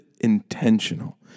intentional